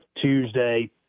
Tuesday